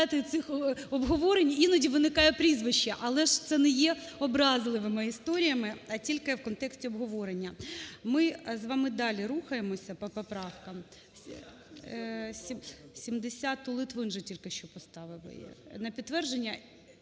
цих обговорень, іноді виникає прізвище. Але ж це не є образливими історіями, а тільки в контексті обговорення. Ми з вами далі рухаємося по поправкам. 70-у Литвин же тільки що поставив на підтвердження